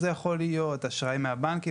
אשראי מהבנקים,